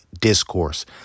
discourse